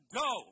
go